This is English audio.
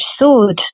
sword